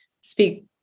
speak